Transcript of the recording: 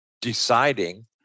deciding